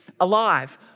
alive